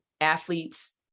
athletes